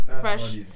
fresh